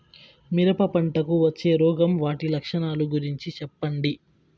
మిరప పంటకు వచ్చే రోగం వాటి లక్షణాలు గురించి చెప్పండి?